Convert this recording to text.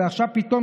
ועכשיו פתאום,